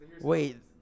Wait